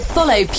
Follow